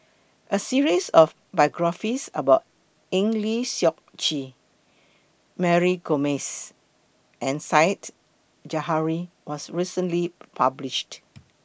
A series of biographies about Eng Lee Seok Chee Mary Gomes and Said Zahari was recently published